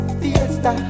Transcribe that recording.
fiesta